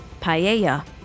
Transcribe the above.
Paella